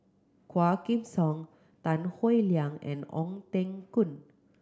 Quah Kim Song Tan Howe Liang and Ong Teng Koon